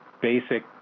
basic